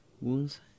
Wounds